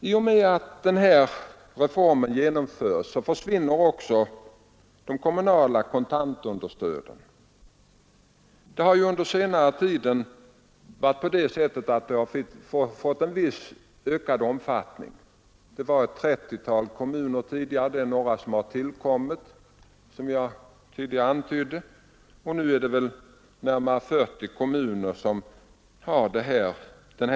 I och med att den här reformen genomförs försvinner de kommunala kontantunderstöden. De har under den senaste tiden fått något ökad omfattning. Tidigare förekom de ju i ett 30-tal kommuner. Några har tillkommit, som jag antydde, och nu är det 40 kommuner som har denna stödform.